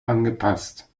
angepasst